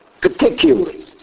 particularly